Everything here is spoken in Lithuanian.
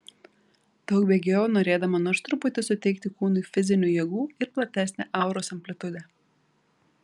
daug bėgiojau norėdama nors truputį suteikti kūnui fizinių jėgų ir platesnę auros amplitudę